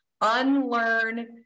unlearn